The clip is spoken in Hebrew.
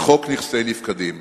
נכסי נפקדים?